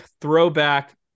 throwback